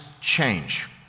change